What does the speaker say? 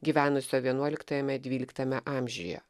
gyvenusio vienuoliktajame dvyliktame amžiuje